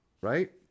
right